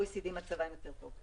מצב מדינות ה-OECD יותר טוב.